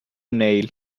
neil